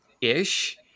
ish